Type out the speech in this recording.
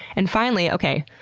and finally, okay,